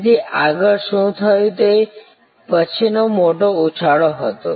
તેથી આગળ શું થયું તે પછીનો મોટો ઉછાળો હતો